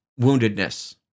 woundedness